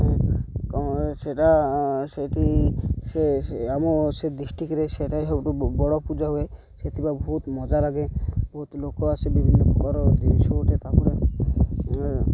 କ'ଣ ସେଇଟା ସେଇଠି ସେ ଆମ ସେ ଡିଷ୍ଟିକରେ ସେଇଟା ସବୁଠୁ ବଡ଼ ପୂଜା ହୁଏ ସେଥିପାଇଁ ବହୁତ ମଜା ଲାଗେ ବହୁତ ଲୋକ ଆସେ ବିଭିନ୍ନ ପ୍ରକାର ଜିନିଷ ଉଠେ ତା'ପରେ